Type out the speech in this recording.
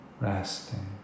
resting